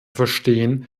verstehen